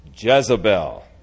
Jezebel